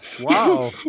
Wow